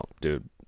dude